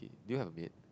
do you have a maid